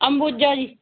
ਅੰਬੂਜਾ ਜੀ